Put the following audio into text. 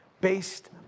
based